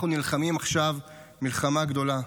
אנחנו נלחמים עכשיו מלחמה גדולה,